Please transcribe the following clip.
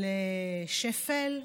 של שפל,